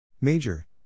Major